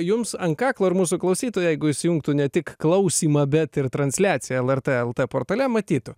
jums ant kaklo ir mūsų klausytojai jeigu įsijungtų ne tik klausymą bet ir transliaciją lrt lt portale matytų